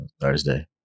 Thursday